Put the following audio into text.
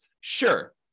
Sure